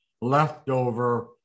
leftover